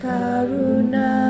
Karuna